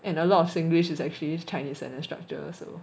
and a lot of singlish is actually chinese sentence structure also